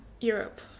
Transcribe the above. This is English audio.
Europe